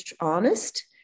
honest